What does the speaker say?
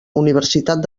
universitat